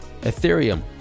Ethereum